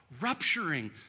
rupturing